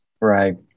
Right